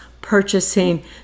purchasing